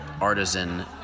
artisan